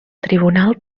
tribunal